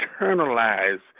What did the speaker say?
internalize